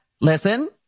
listen